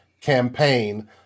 campaign